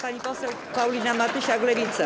Pani poseł Paulina Matysiak, Lewica.